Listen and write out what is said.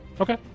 Okay